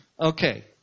Okay